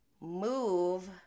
move